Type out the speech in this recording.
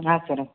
ಹಾಂ ಸರ್